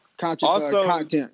content